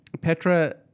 Petra